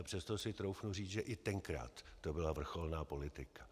Přesto si troufnu říct, že i tenkrát to byla vrcholná politika.